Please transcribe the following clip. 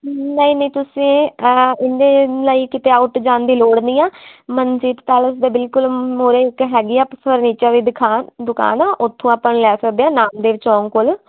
ਨਹੀਂ ਨਹੀਂ ਤੁਸੀਂ ਇਹਦੇ ਲਈ ਕਿਤੇ ਆਊਟ ਜਾਣ ਦੀ ਲੋੜ ਨਹੀਂ ਆ ਮਨਜੀਤ ਟਾਵਰਜ਼ ਦੇ ਬਿਲਕੁਲ ਮੁਹਰੇ ਇੱਕ ਹੈਗੀ ਆ ਫਰਨੀਚਰ ਦੀ ਦਖਾ ਦੁਕਾਨ ਆ ਉਥੋਂ ਆਪਾਂ ਲੈ ਸਕਦੇ ਆ ਨਾਮਦੇਵ ਚੌਕ ਕੋਲ